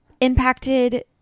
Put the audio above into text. impacted